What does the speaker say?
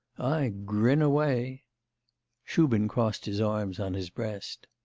ay, grin away shubin crossed his arms on his breast.